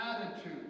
attitude